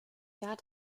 jahr